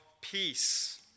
Peace